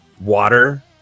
water